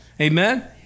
Amen